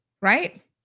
right